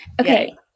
Okay